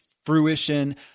fruition